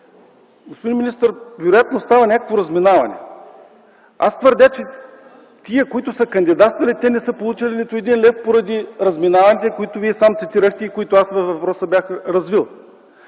Господин министър, вероятно става някакво разминаване. Аз твърдя, че тези, които са кандидатствали, не са получили нито един лев поради разминаванията, които Вие сам цитирахте и които аз бях развил